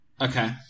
Okay